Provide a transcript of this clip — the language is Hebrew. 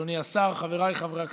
אדוני השר, חבריי חברי הכנסת,